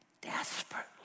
Desperately